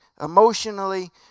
emotionally